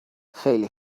خیلی